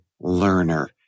learner